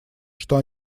что